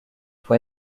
fue